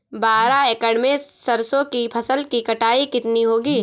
बारह एकड़ में सरसों की फसल की कटाई कितनी होगी?